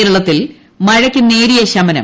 കേരളത്തിൽ മഴയ്ക്ക് നേരിയ ശമനം